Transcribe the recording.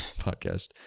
podcast